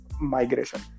migration